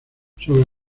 sobre